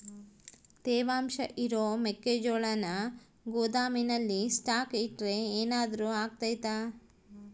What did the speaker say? ತೇವಾಂಶ ಇರೋ ಮೆಕ್ಕೆಜೋಳನ ಗೋದಾಮಿನಲ್ಲಿ ಸ್ಟಾಕ್ ಇಟ್ರೆ ಏನಾದರೂ ಅಗ್ತೈತ?